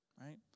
Right